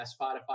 Spotify